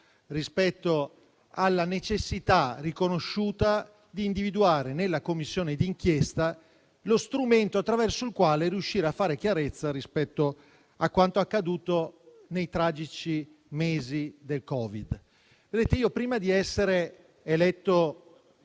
rispetto alla necessità riconosciuta di individuare nella Commissione di inchiesta lo strumento attraverso il quale riuscire a fare chiarezza rispetto a quanto accaduto nei tragici mesi del Covid. Prima di essere eletto